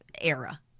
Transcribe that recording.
era